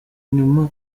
nyuma